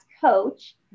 coach